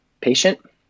patient